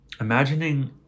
Imagining